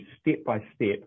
step-by-step